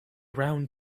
round